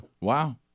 Wow